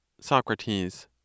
Socrates